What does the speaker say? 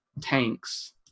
tanks